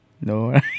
No